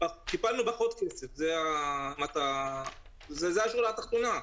קיבלנו פחות כסף, זו השורה התחתונה.